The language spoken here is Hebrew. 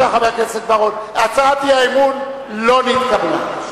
הצעת האי-אמון לא נתקבלה.